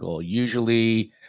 usually